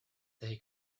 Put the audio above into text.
they